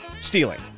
stealing